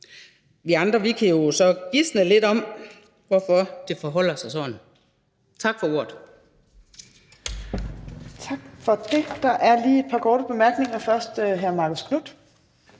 Vi andre kan jo så gisne lidt om, hvorfor det forholder sig sådan. Tak for ordet.